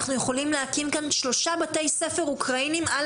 אנחנו יכולים להקים כאן שלושה בתי ספר אוקראינים על